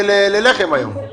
יענה.